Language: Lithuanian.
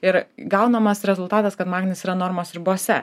ir gaunamas rezultatas kad magnis yra normos ribose